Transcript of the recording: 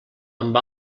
amb